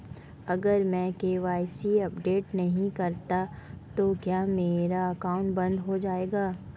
अगर मैं KYC update नहीं करता तो क्या मेरा अकाउंट बंद हो जाएगा?